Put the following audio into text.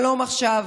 שלום עכשיו,